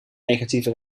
negatieve